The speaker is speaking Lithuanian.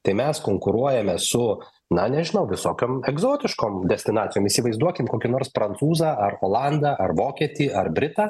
tai mes konkuruojame su na nežinau visokiom egzotiškom destinacijom įsivaizduokim kokį nors prancūzą ar olandą ar vokietį ar britą